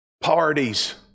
parties